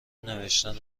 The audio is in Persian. نوشتن